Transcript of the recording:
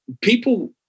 people